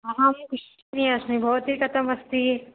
अहं कुशलिनी अस्मि भवती कथमस्ति